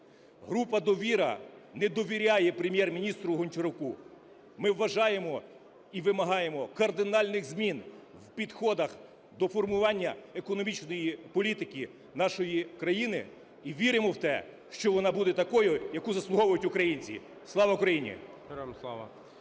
Група "Довіра" не довіряє Прем'єр-міністру Гончаруку. Ми вважаємо і вимагаємо кардинальних змін в підходах до формування економічної політики нашої країни. І віримо в те, що вона буде такою, яку заслуговують українці. Слава Україні!